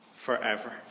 Forever